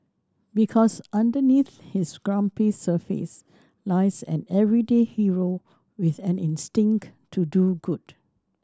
because underneath his grumpy surface lies an everyday hero with an instinct to do good